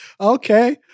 Okay